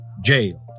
jailed